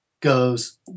goes